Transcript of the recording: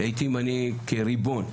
אני כריבון,